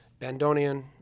bandonian